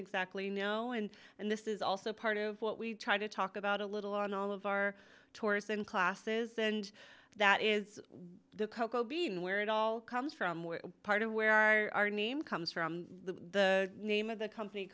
exactly know and this is also part of what we try to talk about a little on all of our tours in classes and that is the cocoa bean where it all comes from part of where our name comes from the name of the company